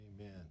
Amen